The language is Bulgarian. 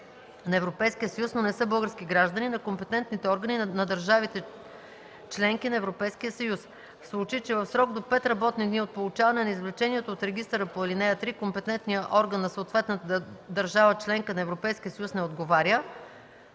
на Европейския съюз, но не са български граждани, на компетентните органи на държавите – членки на Европейския съюз. В случай че в срок до 5 работни дни от получаване на извлечението от регистъра по ал. 3 компетентният орган на съответната държава – членка на Европейския съюз не отговори,